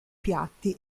piatti